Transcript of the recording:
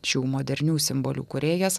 šių modernių simbolių kūrėjas